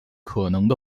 可能